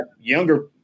younger